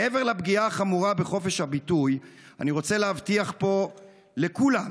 מעבר לפגיעה החמורה בחופש הביטוי אני רוצה להבטיח פה לכולם,